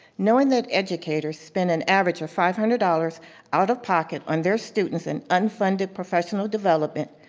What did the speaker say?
knowing that educators spend an average of five hundred dollars out of pocket on their students in unfunded professional development,